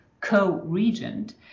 co-regent